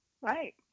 right